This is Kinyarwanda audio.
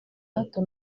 hato